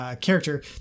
Character